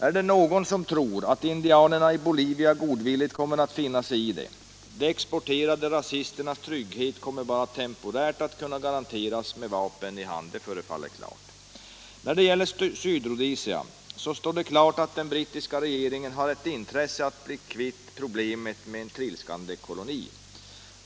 Är det någon som tror att indianerna i Bolivia godvilligt kommer att finna sig i detta? De exporterade rasisternas trygghet kommer bara temporärt att kunna garanteras med vapen i hand. Det förefaller klart. När det gäller Sydrhodesia står det klart att den brittiska regeringen har ett intresse av att bli kvitt problemet med sin trilskande koloni.